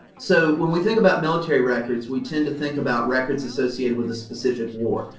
so when we think about military records, we tend to think about records associated with a specific war,